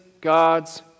God's